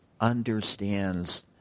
understands